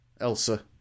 Elsa